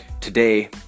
Today